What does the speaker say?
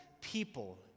people